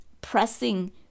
pressing